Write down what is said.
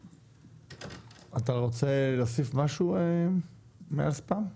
אתה רוצה להוסיף משהו מ"אל ספאם"?